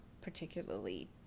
particularly